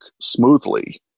smoothly